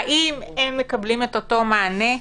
האם הם מקבלים את אותו מענה,